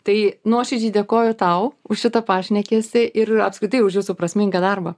tai nuoširdžiai dėkoju tau už šitą pašnekesį ir apskritai už jūsų prasmingą darbą